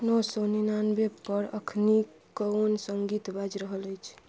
नओ सओ निनानवेपर एखन कोन सङ्गीत बाजि रहल अछि